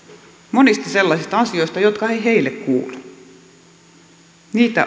monista sellaisista asioista jotka eivät heille kuulu niitä